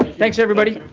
thanks, everybody.